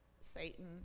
Satan